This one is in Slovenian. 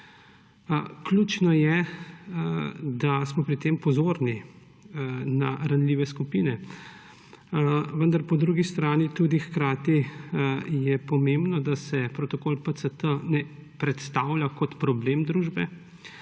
Ključno je, da smo pri tem pozorni na ranljive skupine. Vendar je po drugi strani tudi hkrati pomembno, da se protokol PCT ne predstavlja kot problem družbe,